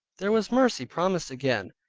there was mercy promised again,